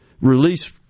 release